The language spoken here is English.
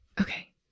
okay